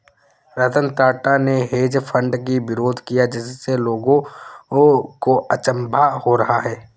रतन टाटा ने hedge fund की विरोध किया जिससे लोगों को अचंभा हो रहा है